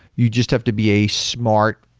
you just have to be a smart,